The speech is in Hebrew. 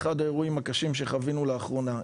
אחד האירועים הקשים שחווינו לאחרונה.